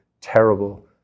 terrible